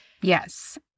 Yes